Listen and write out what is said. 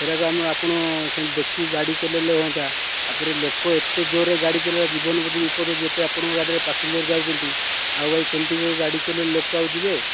ସେଇଟାକୁ ଆମର ଆପଣ ଦେଖି ଗାଡ଼ି ଚଲେଇଲେ ହୁଅନ୍ତା ତାପରେ ଲୋକ ଏତେ ଜୋରରେ ଗାଡ଼ି ଚଲେଇବା ଜୀବନ ପ୍ରତି ବିପଦ ଅଛି ଯେତେ ଆପଣଙ୍କ ଗାଡ଼ିରେ ପାସେଞ୍ଜର ଯାଉଛନ୍ତି ଆଉ ଭାଇ ସେମିତି କଣ ଗାଡ଼ି ଚଳେଇଲେ ଲୋକ ଆଉ ଯିବେ